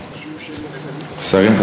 שרים,